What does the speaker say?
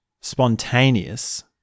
spontaneous